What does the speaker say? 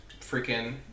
freaking